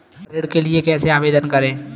ऋण के लिए कैसे आवेदन करें?